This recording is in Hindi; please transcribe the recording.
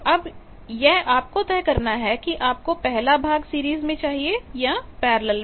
अब यह आपको तय करना है कि आपको पहला भाग सीरीज में चाहिए या पैरेलल में